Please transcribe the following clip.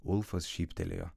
ulfas šyptelėjo